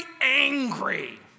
angry